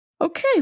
Okay